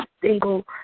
single